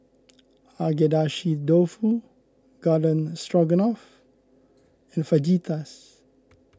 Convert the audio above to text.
Agedashi Dofu Garden Stroganoff and Fajitas